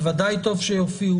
בוודאי טוב שיופיע.